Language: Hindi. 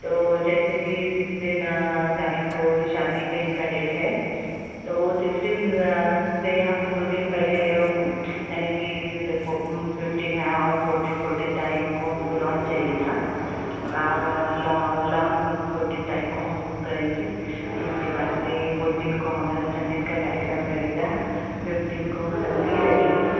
तो जैसे की सिक्सटीन तारीख को शादी दिन का डेट है तो सिक्सटीन से हम को दो दिन पहले यानि की जैसे फो फिफ्टीन है और फोर्टीन फोर्टीन तारीख को हम को लॉन चाहिए था और लॉन लॉन फोर्टीन तारीख को हम बुक करेंगे उसके बाद में फोर्टीन को हमारा संगीत का कार्यक्रम रहेगा फिफ्टीन को हल्दी रहेगी